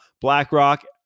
BlackRock